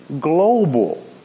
global